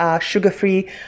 sugar-free